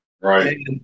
Right